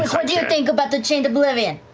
what do you think about the chained oblivion?